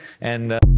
and-